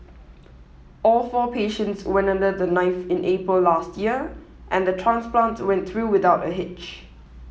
all four patients went under the knife in April last year and the transplants went through without a hitch